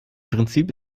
prinzip